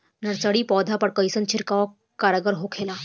Nursery पौधा पर कइसन छिड़काव कारगर होखेला?